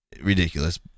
ridiculous